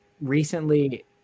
Recently